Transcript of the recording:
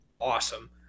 awesome